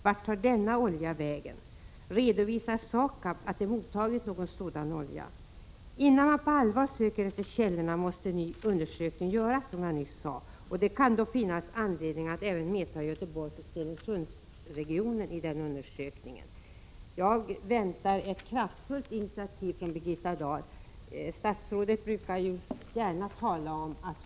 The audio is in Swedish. Vart tar denna olja vägen? Redovisar Sakab att man har mottagit någon sådan olja? Innan man på allvar söker efter källorna måste en ny undersökning göras, som jag nyss sade, och det kan då finnas anledning att även mäta i Göteborgs — Prot. 1986/87:61 och Stenungsundsregionen. Jag väntar ett kraftfullt initiativ från Birgitta 29 januari 1987 Dahl — statsrådet talar ju gärna om att hon är kraftfull.